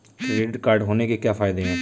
Credit card होने के क्या फायदे हैं?